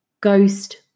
ghost